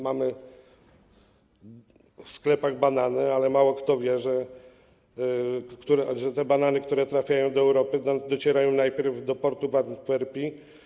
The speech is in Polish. Mamy w sklepach banany, ale mało kto wie, że te banany, które trafiają do Europy, docierają najpierw do portu w Antwerpii.